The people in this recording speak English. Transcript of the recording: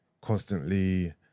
constantly